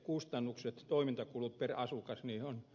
helsingin toimintakulut per asukas niin